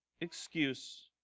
excuse